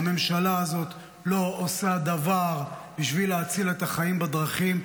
הממשלה הזאת לא עושה דבר בשביל להציל את החיים בדרכים.